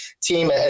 team